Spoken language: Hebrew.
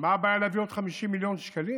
מה הבעיה להביא עוד 50 מיליון שקלים.